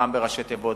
פעם בראשי תיבות,